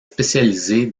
spécialisée